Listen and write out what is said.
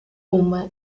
uma